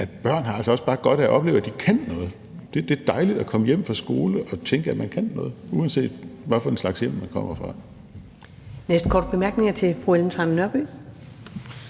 at børn altså også bare har godt af at opleve, at de kan noget. Det er dejligt at komme hjem fra skole og tænke, at man kan noget, uanset hvad for et slags hjem man kommer fra.